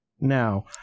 now